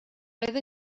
roedd